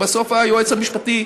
ובסוף היועץ המשפטי